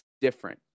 different